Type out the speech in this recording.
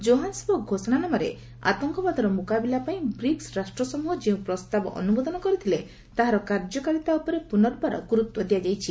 Johannesburg ଘୋଷଣାନାମାରେ ଆତଙ୍କବାଦର ମୁକାବିଲା ପାଇଁ ବ୍ରିକ୍ସ ରାଷ୍ଟ୍ର ସମୃହ ଯେଉଁ ପ୍ରସ୍ତାବ ଅନୁମୋଦନ କରିଥିଲେ ତାହାର କାର୍ଯ୍ୟକାରିତା ଉପରେ ପୁନର୍ବାର ଗୁରୁତ୍ୱ ଦିଆଯାଇଛି